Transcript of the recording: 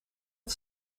het